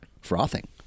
frothing